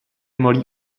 malý